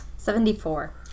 Seventy-four